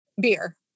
beer